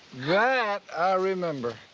that i remember!